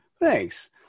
Thanks